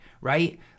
right